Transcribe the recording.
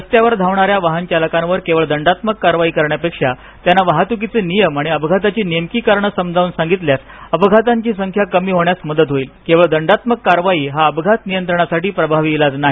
रस्त्यावर धावणाऱ्या वाहन चालकावर केवळ दंडात्मक कारवाई करण्यापेक्षा त्यांना वाहतुकीचे नियम आणि अपघाताची नेमकी कारणे समजावून सांगितल्यास अपघातांची संख्या कमी होण्यास मदत होईल केवळ दंडात्मक कारवाई हा अपघात नियंत्रणासाठी प्रभावी इलाज नाही